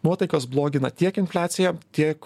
nuotaikas blogina tiek infliacija tiek